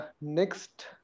next